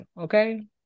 Okay